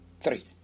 Three